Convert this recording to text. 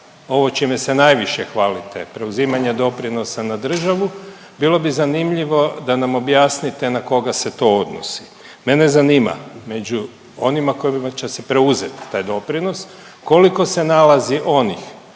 Ovo čime se najviše hvalite, preuzimanje doprinosa na državu, bilo bi zanimljivo da nam objasnite na koga se to odnosi. Mene zanima, među onima kojima će se preuzeti taj doprinos koliko se nalazi onih